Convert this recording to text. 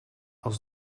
als